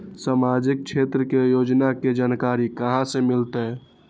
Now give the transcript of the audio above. सामाजिक क्षेत्र के योजना के जानकारी कहाँ से मिलतै?